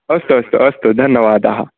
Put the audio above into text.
अस्तु अस्तु अस्तु धन्यवादाः